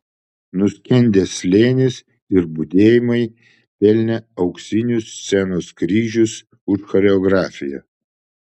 nuskendęs slėnis ir budėjimai pelnė auksinius scenos kryžius už choreografiją